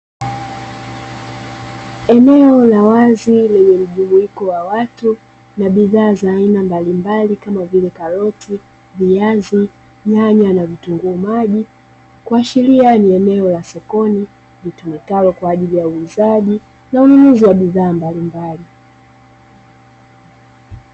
Eneo la wazi lenye mjumuiko wa watu na bidhaa za aina mbalimbali kama vile; karoti, viazi, nyanya na vitunguu maji, kuashiria ni eneo la sokoni linalotumika kwa ajili ya uuzaji na ununuzi wa bidhaa mbalimbali.